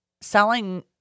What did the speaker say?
selling